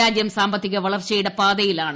രാജൃം സാമ്പത്തിക വളർച്ചയുടെ പാതയിലാണ്